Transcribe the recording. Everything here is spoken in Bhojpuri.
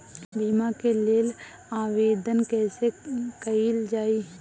बीमा के लेल आवेदन कैसे कयील जाइ?